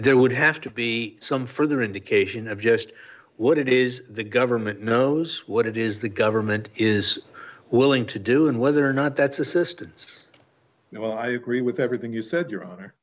there would have to be some further indication of just what it is the government knows what it is the government is willing to do and whether or not that's assisted just well i agree with everything you said your honor